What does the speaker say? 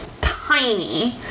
tiny